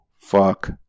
fuck